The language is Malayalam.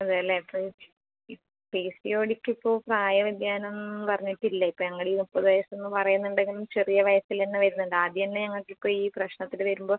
അതേല്ലേ ഇത് പി സി ഒ ഡിക്ക് ഇപ്പോൾ പ്രായ വ്യതിയാനം എന്ന് പറഞ്ഞിട്ടില്ല ഇപ്പോൾ ഞങ്ങൾ ഈ മുപ്പത് വയസ്സ് എന്ന് പറയുന്നുണ്ടെങ്കിലും ചെറിയ വയസ്സിൽ തന്നെ വരുന്നുണ്ട് ആദ്യം തന്നെ ഞങ്ങൾക്ക് ഇപ്പോൾ ഈ പ്രശ്നനത്തിൽ വരുമ്പോൾ